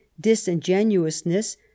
disingenuousness